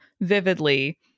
vividly